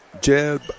Jeb